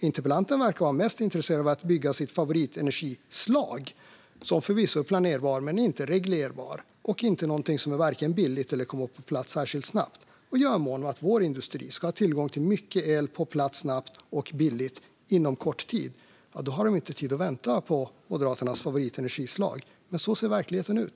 Interpellanten verkar vara mest intresserad av att bygga sitt favoritenergislag, som förvisso är planerbart men inte reglerbart och som varken är billigt eller kommer på plats särskilt snabbt. Jag är mån om att vår industri ska ha tillgång till mycket el på plats snabbt och billigt, och då har vi inte tid att vänta på Moderaternas favoritenergislag. Så ser verkligheten ut.